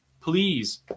please